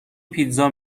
پیتزا